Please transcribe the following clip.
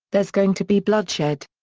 there's going to be bloodshed.